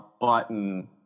button